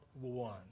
one